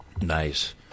Nice